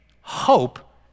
Hope